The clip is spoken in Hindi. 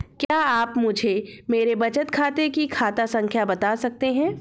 क्या आप मुझे मेरे बचत खाते की खाता संख्या बता सकते हैं?